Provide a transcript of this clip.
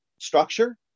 structure